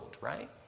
right